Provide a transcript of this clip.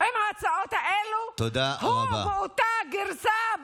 עם ההצעות האלה הוא באותה גרסה,